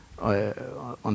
on